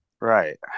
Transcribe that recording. right